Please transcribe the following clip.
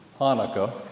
Hanukkah